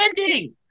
ending